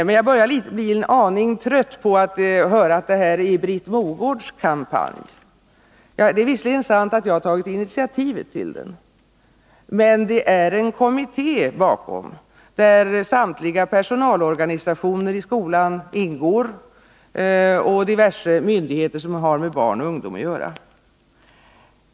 Men jag börjar bli en aning trött på att höra att det här är Britt Mogårds kampanj! Det är visserligen sant att jag tagit initiativet till den, men det står en kommitté bakom kampanjen, en kommitté i vilken samtliga personalorganisationer i skolan är representerade, liksom diverse myndigheter som har med barn och ungdom att göra.